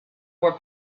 were